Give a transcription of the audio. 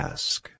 Ask